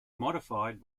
modified